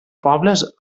pobles